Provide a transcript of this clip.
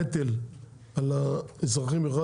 הנטל על האזרחים לבד,